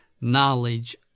knowledge